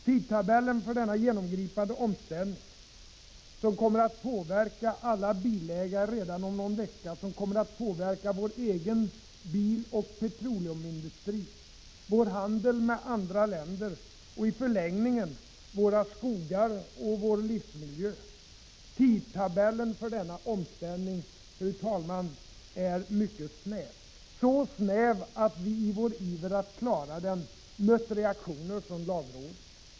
Tidtabellen för denna genomgripande omställning - som kommer att påverka alla bilägare redan om någon vecka, som kommer att påverka vår egen biloch petroleumindustri, vår handel med andra länder och i förlängningen våra skogar och vår livsmiljö — är mycket snäv, så snäv att vi i vår iver att klara den mött reaktioner från lagrådet.